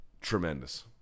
tremendous